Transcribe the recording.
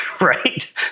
right